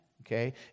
okay